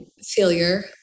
failure